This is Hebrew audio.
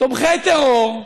תומכי טרור,